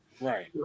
right